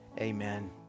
Amen